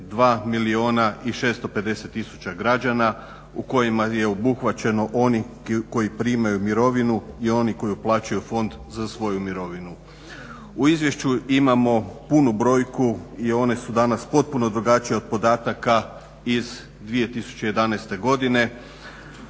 2 milijuna i 650 tisuća građana u kojima je obuhvaćeno oni koji primaju mirovinu i oni koji uplaćuju fond za svoju mirovinu. U izvješću imamo punu brojku i one su danas potpune drugačije od podataka iz 2011. godine,